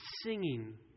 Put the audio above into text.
singing